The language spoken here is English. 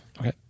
Okay